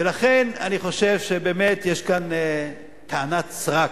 ולכן, אני חושב שיש כאן באמת טענת סרק,